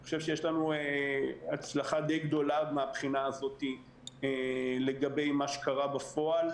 אני חושב שיש לנו הצלחה די גדולה מבחינה זו לגבי מה שקרה בפועל.